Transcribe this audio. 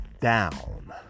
down